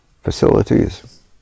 facilities